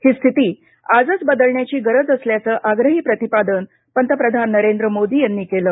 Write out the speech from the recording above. ही स्थिती आजच बदलण्याची गरज असल्याचं आग्रही प्रतिपादन पंतप्रधान नरेंद्र मोदी यांनी केलं